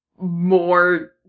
more